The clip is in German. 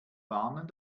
warnen